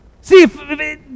See